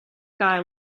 guy